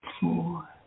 four